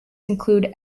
include